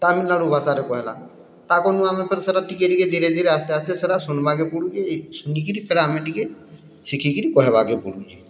ତାମିଲନାଡ଼ୁ ଭାଷାରେ କହେଲା ତାହାଁକରନୁ ଆମେ ଫେର୍ ସେଟା ଟିକେ ଟିକେ ଧିରେ ଧିରେ ଆସ୍ତେ ଆସ୍ତେ ସେଟା ଶୁନ୍ବାକେ ପଡ଼ୁଛେ ଶୁନିକିରି ଫେର୍ ଆମେ ଟିକେ ଶିଖିକିରି କହିବାକେ ପଡ଼ୁଛେ